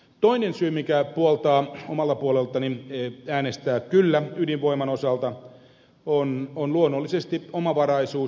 toinen syy mikä puoltaa omalta puoleltani äänestämistä kyllä ydinvoiman osalta on luonnollisesti omavaraisuus